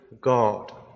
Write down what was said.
God